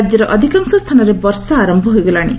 ରାଜ୍ୟର ଅଧିକାଂଶ ସ୍ଥାନରେ ବର୍ଷା ଆରମ୍ଭ ହୋଇଗଲାଣି